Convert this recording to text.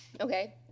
Okay